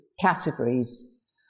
categories